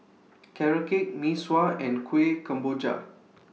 Carrot Cake Mee Sua and Kuih Kemboja